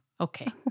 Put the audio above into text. okay